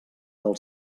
del